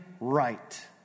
right